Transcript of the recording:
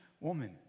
woman